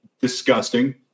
Disgusting